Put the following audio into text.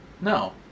no